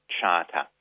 Charter